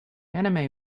anime